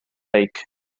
beic